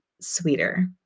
sweeter